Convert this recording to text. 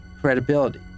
credibility